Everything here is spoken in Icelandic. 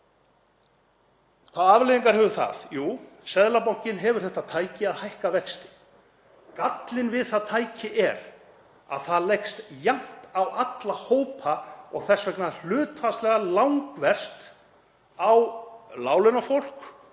afleiðingar hefur það? Jú, Seðlabankinn hefur þetta tæki, að hækka vexti. Gallinn við það tæki er að það leggst jafnt á alla hópa og þess vegna hlutfallslega langverst á láglaunafólk